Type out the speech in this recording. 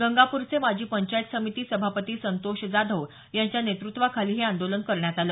गंगापूरचे माजी पंचायत समिती सभापती संतोष जाधव यांच्या नेतृत्वाखाली हे आंदोलन करण्यात आलं